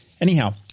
Anyhow